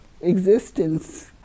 existence